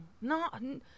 No